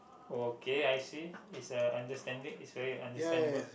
okay I see is a understanding is very understandable